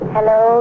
Hello